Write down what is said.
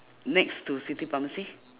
next to city pharmacy